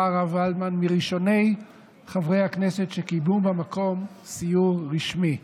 היה הרב ולדמן מראשוני חברי הכנסת שקיימו במקום סיור רשמי.